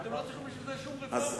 אתם לא צריכים בשביל זה שום רפורמה.